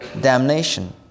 damnation